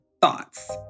thoughts